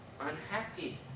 unhappy